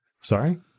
sorry